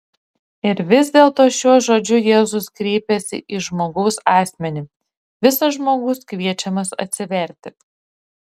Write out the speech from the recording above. ir vis dėlto šiuo žodžiu jėzus kreipiasi į žmogaus asmenį visas žmogus kviečiamas atsiverti